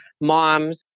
moms